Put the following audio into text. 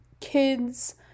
kids